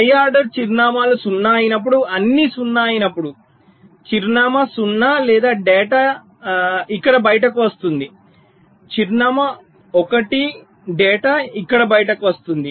high order చిరునామాలు 0 అయినప్పుడు అన్నీ 0 అయినప్పుడు చిరునామా 0 డేటా ఇక్కడ బయటకు వస్తుంది చిరునామా 1 డేటా ఇక్కడ బయటకు వస్తుంది